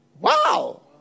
Wow